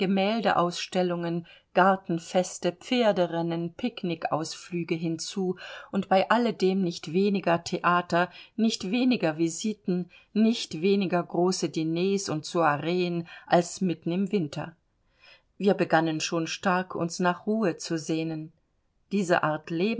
gemäldeausstellungen gartenfeste pferderennen picknick ausflüge hinzu und bei alledem nicht weniger theater nicht weniger visiten nicht weniger große diners und soiren als mitten im winter wir begannen schon stark uns nach ruhe zu sehnen diese art